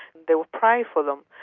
they will pray for them.